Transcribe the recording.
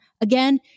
again